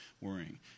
worrying